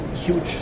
huge